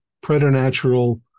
preternatural